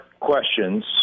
questions